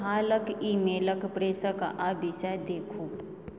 हालक ईमेलक प्रेषक आ विषय देखू